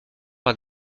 par